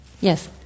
Yes